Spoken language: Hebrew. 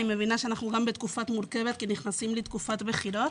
אני מבינה שאנחנו גם בתקופה מורכבת כי נכנסים לתקופת בחירות.